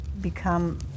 become